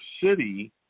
City